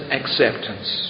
acceptance